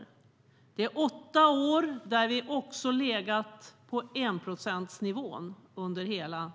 Under hela den tiden har vi också legat på enprocentsnivån.